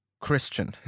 Christian